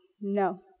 no